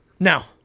Now